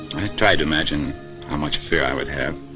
tried to imagine how much fear i would have,